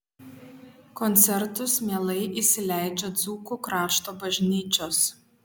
koncertus mielai įsileidžia dzūkų krašto bažnyčios